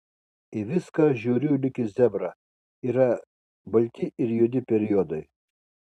į viską žiūriu lyg į zebrą yra balti ir juodi periodai